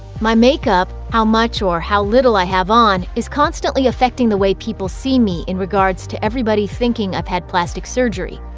my makeup how much or how little i have on is constantly affecting the way people see me in regards to everybody thinking i've had plastic surgery.